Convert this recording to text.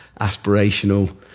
aspirational